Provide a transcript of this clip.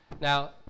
Now